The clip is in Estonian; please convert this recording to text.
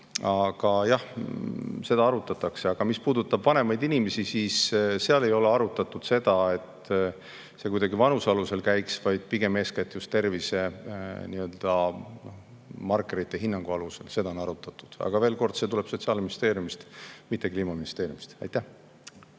Aga jah, seda arutatakse. Ent mis puudutab vanemaid inimesi, siis ei ole arutatud seda, et see kuidagi vanuse alusel käiks, pigem eeskätt just tervisehinnangute alusel. Seda on arutatud. Aga veel kord, see tuleb Sotsiaalministeeriumist, mitte Kliimaministeeriumist. Aitäh!